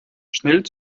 schnell